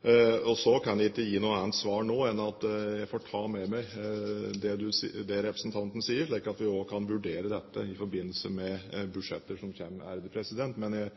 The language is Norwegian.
nevner. Så kan jeg ikke gi noe annet svar nå enn at jeg får ta med meg det representanten sier, slik at vi også kan vurdere dette i forbindelse med budsjetter som kommer. Men jeg